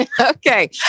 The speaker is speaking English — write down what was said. Okay